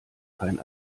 kein